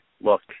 look